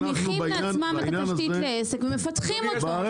מצמיחים לעצמם את התשתית לעסק ומפתחים אותו.